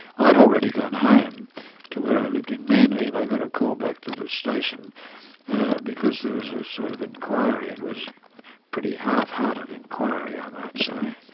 i'd already gone home to where i lived in manly, and i got a call back to the station because there was a sort of inquiry it was a pretty half-hearted inquiry i might say.